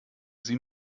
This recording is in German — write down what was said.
sie